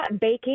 baking